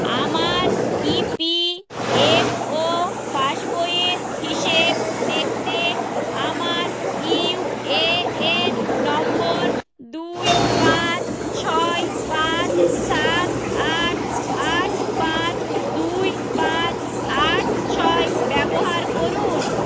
আমার E P F O পাসবইয়ের হিসেব দেখতে আমার ইউ এ এন নম্বর দুই পাঁচ ছয় পাঁচ সাত আট আট পাঁচ দুই পাঁচ আট ছয় ব্যবহার করুন